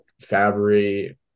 Fabry